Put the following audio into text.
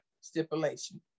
stipulation